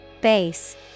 Base